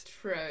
True